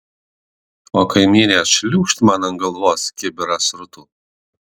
o kaimynė šliūkšt man ant galvos kibirą srutų